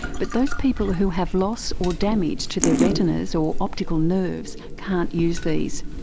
but those people who have loss or damage to their retinas or optical nerves can't use these.